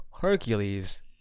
Hercules